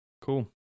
Cool